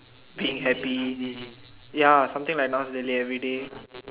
being happy ya something like not really everyday